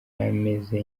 ameze